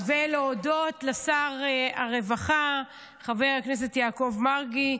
ולהודות לשר הרווחה חבר הכנסת יעקב מרגי,